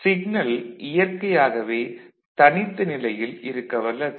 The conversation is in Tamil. சிக்னல் இயற்கையாகவே தனித்த நிலையில் இருக்கவல்லது